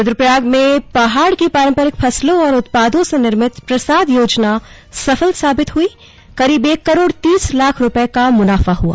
रुद्रप्रयाग में पहाड़ के पारंपरिक फसलों और उत्पादों से निर्मित प्रसाद योजना सफल साबित हुईकरीब एक करोड़ तीस लाख रुपये का मुनाफा हुआ